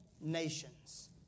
nations